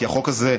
כי החוק הזה,